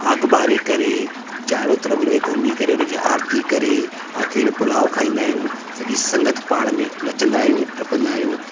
आग ॿारे करे चारों तरफ़ु में घुमी करे हुन जी आरती करे आख़िरीअ में पुलाव खाईंदा आहियूं सॼी संगति पाण में नचंदा आहियूं टपंदा आहियूं